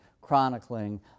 chronicling